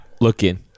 looking